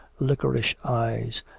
liquorish eyes,